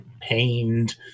pained